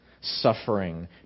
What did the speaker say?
suffering